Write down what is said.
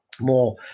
more